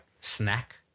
snack